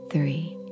Three